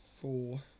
four